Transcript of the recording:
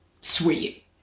sweet